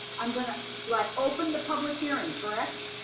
um but do i open the public hearing, correct?